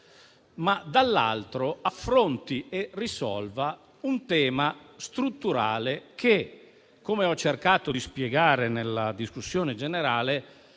ma dall'altro lato affronti e risolva un tema strutturale che - come ho cercato di spiegare nel corso della discussione generale